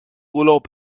urlaub